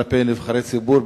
כלפי נבחרי ציבור,